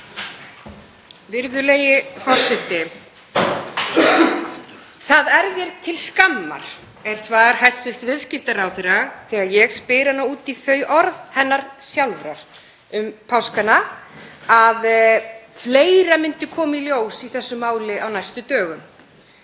Virðulegi forseti. Það er til skammar, er svar hæstv. viðskiptaráðherra þegar ég spyr hana út í þau orð hennar sjálfrar um páskana að fleira myndi koma í ljós í þessu máli á næstu dögum.